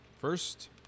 First